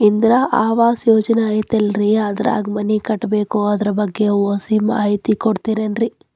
ಇಂದಿರಾ ಆವಾಸ ಯೋಜನೆ ಐತೇಲ್ರಿ ಅದ್ರಾಗ ಮನಿ ಕಟ್ಬೇಕು ಅದರ ಬಗ್ಗೆ ಒಸಿ ಮಾಹಿತಿ ಕೊಡ್ತೇರೆನ್ರಿ?